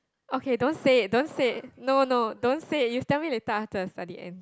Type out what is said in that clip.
okay don't say it don't say it no no don't say it you tell me later after the study end